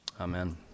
Amen